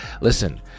listen